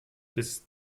bis